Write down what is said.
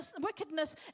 wickedness